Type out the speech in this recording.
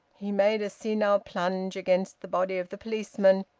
he made a senile plunge against the body of the policeman,